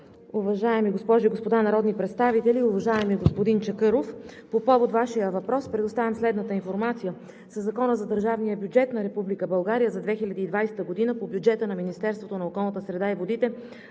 уважаеми госпожи и господа народни представители! Уважаеми господин Чакъров, по повод на Вашия въпрос предоставям следната информация. Със Закона за държавния бюджет на Република България за 2020 г. по бюджета на Министерството на околната среда и водите